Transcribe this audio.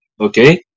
okay